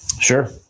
Sure